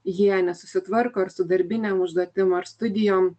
jie nesusitvarko ir su darbine užduotim ar studijom